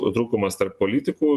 trūkumas tarp politikų